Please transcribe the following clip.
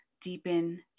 deepen